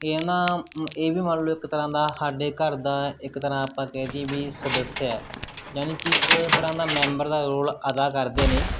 ਇਹਨਾਂ ਇਹ ਵੀ ਮੰਨ ਲਓ ਇੱਕ ਤਰ੍ਹਾਂ ਦਾ ਸਾਡੇ ਘਰ ਦਾ ਇੱਕ ਤਰ੍ਹਾਂ ਆਪਾਂ ਕਹਿ ਦਈਏ ਵੀ ਸਦੱਸਿਆ ਜਾਨੀ ਜੀ ਇੱਕ ਤਰ੍ਹਾਂ ਦਾ ਮੈਂਬਰ ਦਾ ਰੋਲ ਅਦਾ ਕਰਦੇ ਨੇ